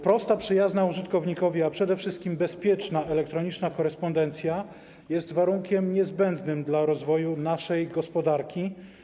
Prosta, przyjazna użytkownikowi, a przede wszystkim bezpieczna elektroniczna korespondencja jest warunkiem niezbędnym dla rozwoju naszej gospodarki.